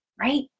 right